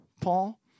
Paul